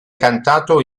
cantato